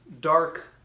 dark